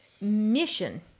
mission